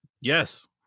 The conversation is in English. Yes